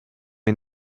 est